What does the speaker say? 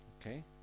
okay